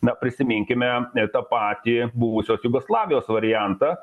na prisiminkime tą patį buvusios jugoslavijos variantą